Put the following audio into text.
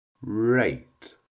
rate